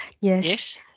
Yes